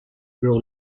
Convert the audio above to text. grow